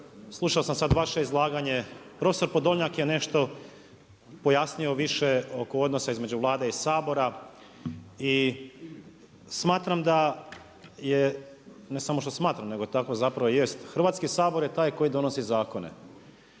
slušao sam sada vaše izlaganje, profesor Podolnjak je nešto pojasnio više oko odnosa između Vlade i Sabora i smatram da je ne samo što smatram, nego tako zapravo jest, Hrvatski sabor je taj koji donosi zakone.